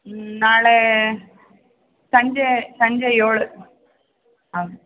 ನಾಳೆ ಸಂಜೆ ಸಂಜೆ ಏಳು ಹೌದು